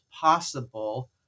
possible